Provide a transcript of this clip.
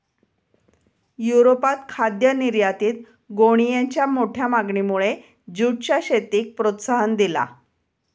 युरोपात खाद्य निर्यातीत गोणीयेंच्या मोठ्या मागणीमुळे जूटच्या शेतीक प्रोत्साहन दिला